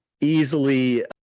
easily